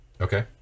Okay